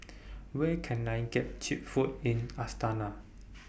Where Can I get Cheap Food in Astana